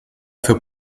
für